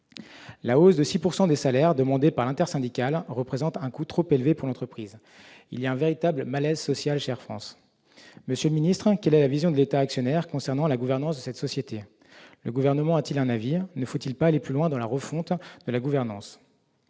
La hausse de 6 % des salaires demandée par l'intersyndicale représente un coût trop élevé pour l'entreprise. Il y a un véritable malaise social chez Air France. Monsieur le secrétaire d'État, quelle est la vision de l'État actionnaire concernant la gouvernance de cette société ? Le Gouvernement a-t-il un avis ? Ne faut-il pas aller plus loin dans la refonte de la gouvernance ?